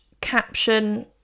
caption